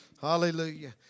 Hallelujah